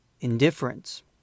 indifference